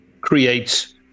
creates